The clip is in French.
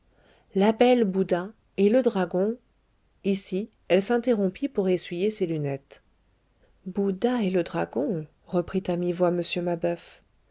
belle bouda et le dragon ici elle s'interrompit pour essuyer ses lunettes bouddha et le dragon reprit à mi-voix m mabeuf